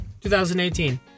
2018